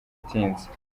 itinze